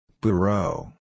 Bureau